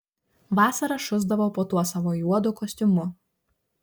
vasarą šusdavo po tuo savo juodu kostiumu